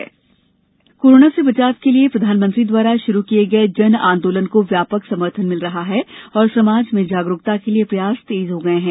जन आंदोलन अभियान कोरोना से बचाव के लिए प्रधानमंत्री द्वारा शुरू किये गये जन आंदोलन को व्यापक समर्थन मिल रहा है और समाज में जागरूकता के लिए प्रयास तेज हो गये है